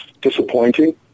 disappointing